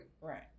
Right